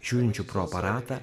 žiūrinčių pro aparatą